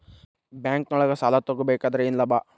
ಬ್ಯಾಂಕ್ನೊಳಗ್ ಸಾಲ ತಗೊಬೇಕಾದ್ರೆ ಏನ್ ಲಾಭ?